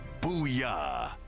Booyah